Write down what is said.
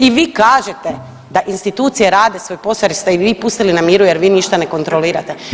I vi kažete da institucije rade svoj posao jer ste ih vi pustili na miru jer vi ništa ne kontrolirate.